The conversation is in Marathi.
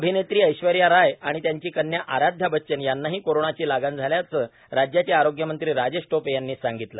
अभिनेत्री ऐश्वर्या राय आणि त्यांची कन्या आराध्या बच्चन यांनाही कोरोनाची लागण झाल्याचं राज्याचे आरोग्यमंत्री राजेश टोपे यांनी सांगितलं